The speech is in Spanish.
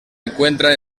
encuentra